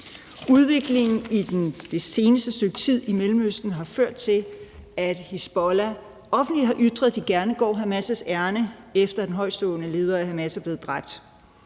Udviklingen det seneste stykke tid i Mellemøsten har ført til, at Hizbollah offentligt har ytret, at de gerne går Hamas' ærinde, efter at en højtstående leder af Hamas er blevet dræbt.